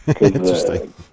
interesting